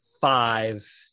five